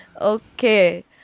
Okay